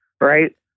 right